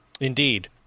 indeed